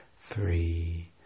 three